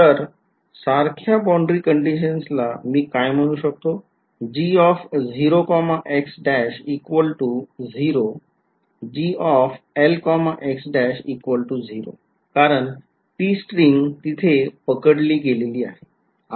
तर सारख्या boundary कंडिशन्सला मी काय म्हणू शकतो Glx'0 कारण ती स्ट्रिंग तिथे पकडली गेली आहे